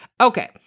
Okay